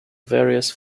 various